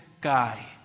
guy